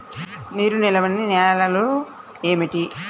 నీరు నిలువని నేలలు ఏమిటి?